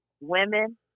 women